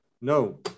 No